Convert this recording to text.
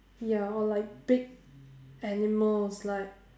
ya or like big animals like